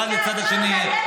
אחד לצד השני.